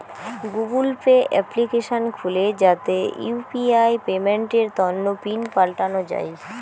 Google Pay application খুলে যাতে UPI পেমেন্টের তন্ন পিন পাল্টানো যাই